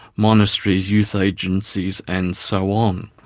monasteries, youth agencies and so on.